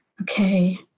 okay